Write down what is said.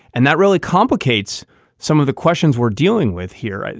and that really complicates some of the questions we're dealing with here.